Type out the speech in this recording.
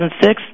2006